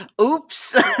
oops